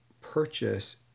Purchase